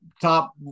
top